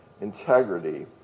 integrity